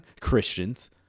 Christians